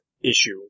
issue